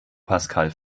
pascal